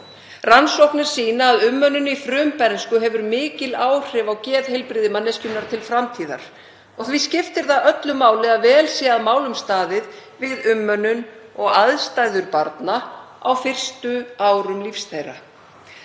Rannsóknir sýna að umönnun í frumbernsku hefur mikil áhrif á geðheilbrigði manneskjunnar til framtíðar. Því skiptir það öllu máli að vel sé að málum staðið við umönnun og aðstæður barna á fyrstu árum lífs